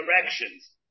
directions